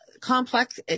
complex